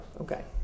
Okay